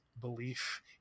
belief